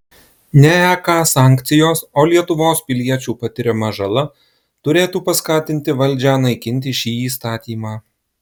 ne ek sankcijos o lietuvos piliečių patiriama žala turėtų paskatinti valdžią naikinti šį įstatymą